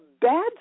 bad